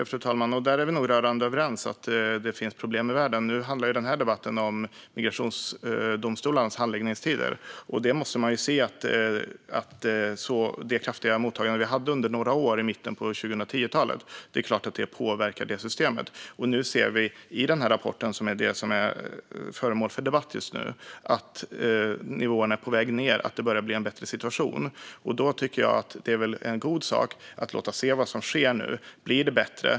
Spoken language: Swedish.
Fru talman! Annika Hirvonen och jag är rörande överens om att det finns problem i världen. Nu handlar den här debatten om migrationsdomstolarnas handläggningstider. Man måste ju se att det kraftiga mottagande som vi hade under några år i mitten på 2010-talet såklart påverkade det systemet. Vi ser i den rapport som är föremål för debatten just nu att nivåerna är på väg ned och att det börjar bli en bättre situation. Då tycker jag väl att det är en god sak att låta se vad som sker nu och om det blir bättre.